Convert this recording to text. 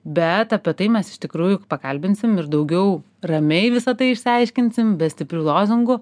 bet apie tai mes iš tikrųjų pakalbinsim ir daugiau ramiai visa tai išsiaiškinsim be stiprių lozungų